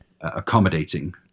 accommodating